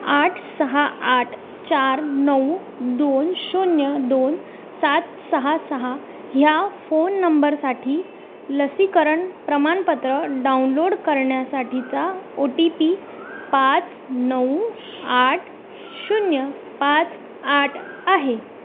आठ सहा आठ चार नऊ दोन शून्य दोन सात सहा सहा ह्या फोन नंबरसाठी लसीकरण प्रमाणपत्र डाउनलोड करण्यासाठीचा ओ टी पी पाच नऊ आठ शून्य पाच आठ आहे